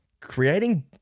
Creating